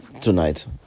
tonight